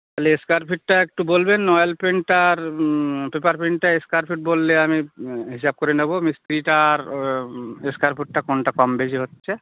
তাহলে স্কোয়ার ফিটটা একটু বলবেন অয়েল পেইন্টটা আর পেপার পেইন্টটা স্কোয়ার ফিট বললে আমি হিসাব করে নেব মিস্ত্রীটার স্কোয়ার ফুটটা কোনটা কম বেশি হচ্ছে